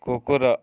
କୁକୁର